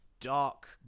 dark